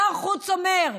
שר חוץ אומר: